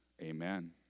Amen